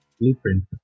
blueprint